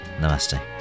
Namaste